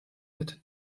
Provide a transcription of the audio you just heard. wird